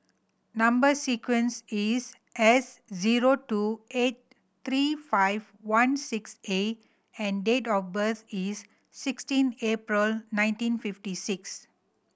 number sequence is S zero two eight three five one six A and date of birth is sixteen April nineteen fifty six